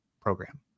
program